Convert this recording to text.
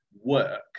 work